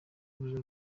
ruriya